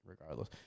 regardless